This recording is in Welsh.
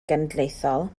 genedlaethol